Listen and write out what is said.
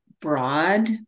broad